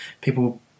people